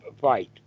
fight